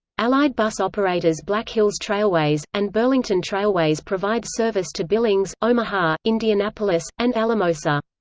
allied bus operators black hills trailways, and burlington trailways provide service to billings, omaha, indianapolis, and alamosa.